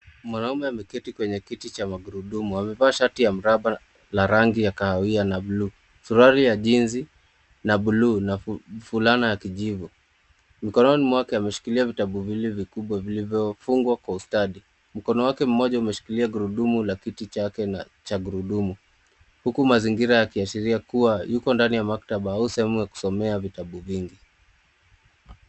Mwanaume ameketi kwenye kiti cha magurudumu amevaa shati la mraba la rangi ya kahawia na buluu suruali ya jeansi ya buluu na fulana ya kijivu. Mkononi mwake ameshikilia vitabu viwili vikubwa vilivyofungwa kwa ustadi. Mkono wake mmoja umeshikilia gurudumu la kiti chake cha gurudumu huku mazingira yakiashiria kuwa ndani ya maktaba ama sehemu ya kusomea vitabu vingi.